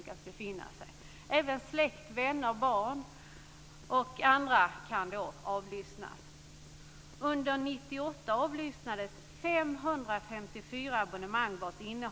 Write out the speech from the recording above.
Vi vill ha en grundligare återrapportering. Vi är mycket spända på den utredning som ska sätta i gång eftersom vi tidigare har haft reservationer om att en utredning ska tillsättas. Det tar ju tid, men man kan säga att det i alla fall har gått relativt fort.